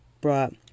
brought